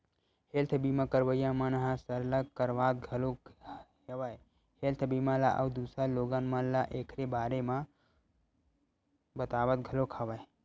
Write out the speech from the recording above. health बीमा करवइया मन ह सरलग करवात घलोक हवय हेल्थ बीमा ल अउ दूसर लोगन मन ल ऐखर बारे म बतावत घलोक हवय